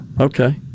Okay